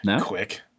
Quick